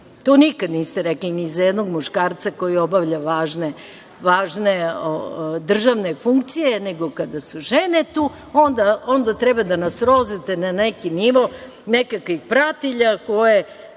To nikad niste rekli ni za jednog muškarca koji obavlja važne državne funkcije, nego kada su žene tu, onda treba da nas srozate na nivo nekakvih pratilja koje